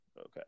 okay